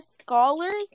scholars